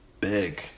big